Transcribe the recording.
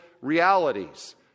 realities